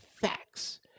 facts